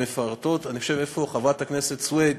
איפה חברת הכנסת סויד,